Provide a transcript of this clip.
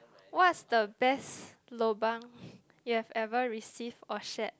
what's the best lobang you've ever received or shared